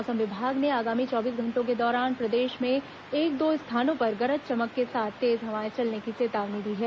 मौसम विभाग ने आगामी चौबीस घंटों के दौरान प्रदेश में एक दो स्थानों पर गरज चमक के साथ तेज हवाएं चलने की चेतावनी दी हैं